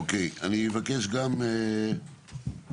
אני אבקש גם מחבר